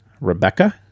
Rebecca